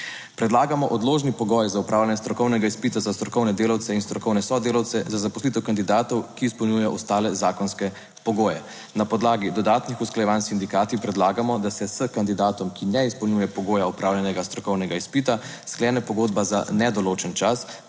Predlagamo odložni pogoj za opravljanje strokovnega izpita za strokovne delavce in strokovne sodelavce za zaposlitev kandidatov, ki izpolnjujejo ostale zakonske pogoje. Na podlagi dodatnih usklajevanj s sindikati predlagamo, da se s kandidatom, ki ne izpolnjuje pogoja opravljenega strokovnega izpita, sklene pogodba za nedoločen čas